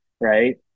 Right